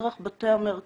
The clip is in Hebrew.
דרך בתי המרקחת,